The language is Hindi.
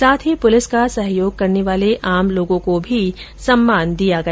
साथ ही पुलिस का सहयोग करने वाले आम लोगों को भी सम्मान दिया गया